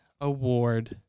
award